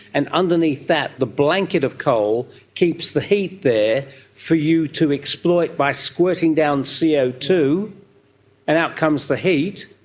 and underneath that the blanket of coal keeps the heat there for you to exploit by squirting down c o two and out comes the heat.